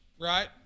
Right